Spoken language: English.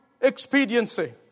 expediency